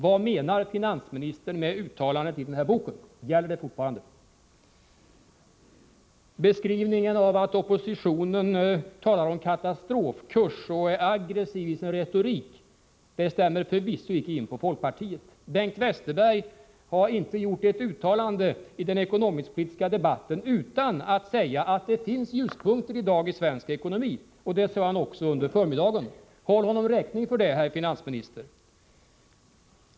Vad menar finansministern med uttalandet i denna bok? Gäller det fortfarande? Beskrivningen att oppositionen talar om katastrofkurs och är aggressiv i sin retorik stämmer förvisso inte in på folkpartiet. Bengt Westerberg har inte gjort ett uttalande i den ekonomisk-politiska debatten utan att säga att det finns ljuspunkter i dag i svensk ekonomi — och det sade han också under förmiddagen. Håll honom räkning för det, herr finansminister!